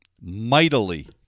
mightily